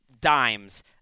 dimes